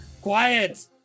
quiet